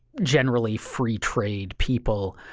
generally free trade people.